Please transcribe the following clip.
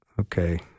Okay